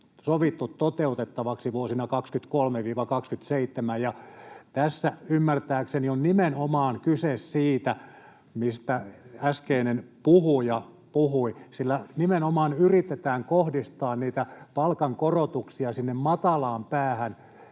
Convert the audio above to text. sovittu toteutettavaksi vuosina 23—27, että tässä ymmärtääkseni on nimenomaan kyse siitä, mistä äskeinen puhuja puhui. Sillä nimenomaan yritetään kohdistaa niitä palkankorotuksia mieluummin sinne matalaan päähän